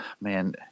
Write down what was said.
man